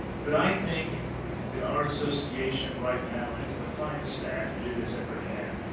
but i think that our association right now has the fineest staff that it has ever had.